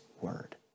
word